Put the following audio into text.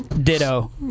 Ditto